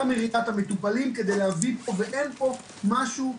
מראיית המטופלים כדי להביא פה ואין פה משהו,